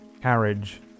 carriage